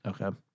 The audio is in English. Okay